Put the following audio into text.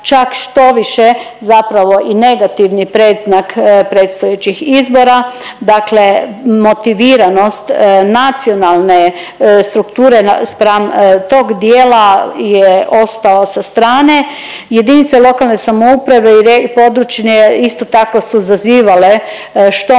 čak štoviše zapravo i negativni predznak predstojećih izbora. Dakle, motiviranost nacionalne strukture spram tog dijela je ostala sa strane. Jedinice lokalne samouprave i re… područne isto tako su zazivale što